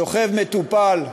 שוכב מטופל,